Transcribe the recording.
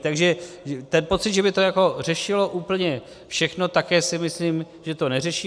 Takže ten pocit, že by to řešilo úplně všechno, také si myslím, že to neřeší.